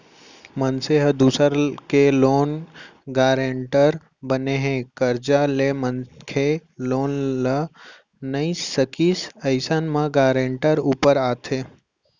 मनसे ह दूसर के लोन गारेंटर बने हे, करजा ले मनखे लोन ल नइ सकिस अइसन म गारेंटर ऊपर आथे